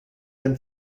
than